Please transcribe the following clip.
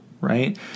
right